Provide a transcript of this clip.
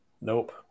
Nope